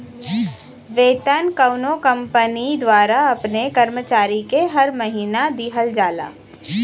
वेतन कउनो कंपनी द्वारा अपने कर्मचारी के हर महीना दिहल जाला